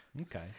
okay